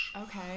Okay